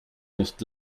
nicht